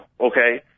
Okay